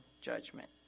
judgment